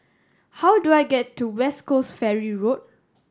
how do I get to West Coast Ferry Road